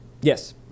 Yes